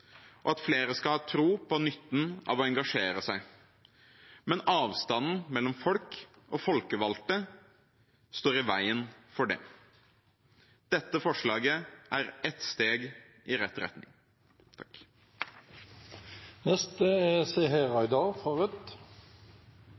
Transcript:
og at flere skal tro på nytten av å engasjere seg. Men avstanden mellom folk og folkevalgte står i veien for det. Dette forslaget er ett steg i rett retning. Jeg må kommentere poenget om å være hardtarbeidende. Det er